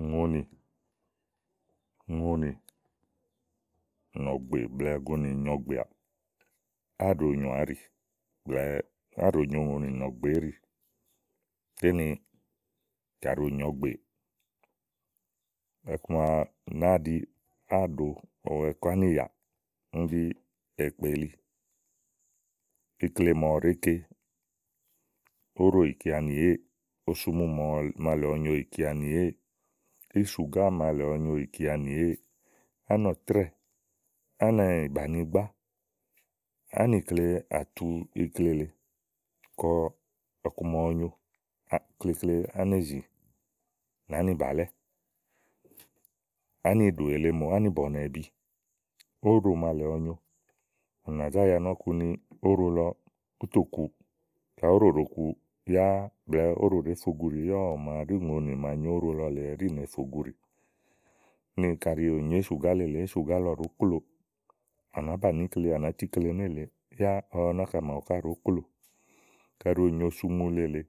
ùŋonì, ùŋonì nɔ̀gbè blɛ̀ɛ ùŋonì nyoɔ̀gbèà, áàɖòo nyòoà áɖì blɛ̀ɛ áàɖo nyòo ùŋonì nɔ gbè éɖì nìlɔ ɖí ni kàɖi ò nyo ɔ̀gbèe, iku ma nàáa ɖi àáɖowɛ ɛɖi kɔ ánìyà úni ɖí ekpeli ikle màa ɔwɔ ɖèé ke óɖò ìkeanì èéè, osumu màa lèe ɔwɔ nyo ìkeanì èéè, ísùgá màa lèe ɔwɔ nyo nìkeanì èéè, ánɔ̀trɛ́ɛ, ánìbàni igbá, áníkle àtu ikle lèe kɔ ɔku ma ɔwɔ nyo klekle ánèzì nì ánì bàlɛ́, áni ɖòè lèe mò, anì bɔ̀nɛ̀bi óɖò màa lèe ɔwɔ nyo à nà zá ya nɔ̀ku ni óɖo lɔ, ú tò kuù. kaɖi óɖò ɖòo ku blɛ̀ɛ óɖò ɖèé fe uguɖì yá ɔwɛ màà ɖí ùŋonì màa nyo óɖo lɔ lèe ɛɖí nèe fè uguɖì. úni kaɖi ò nyo ísùgà le lèe ísùgá lɔ ɖòókloò, à nàá banìi íkle à nàá tu ikle nèlèe, yá ɔwɛ naká màaɖu ká ɖòó kloò. kaɖi ò nyo osumu le lèe